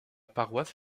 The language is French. paroisse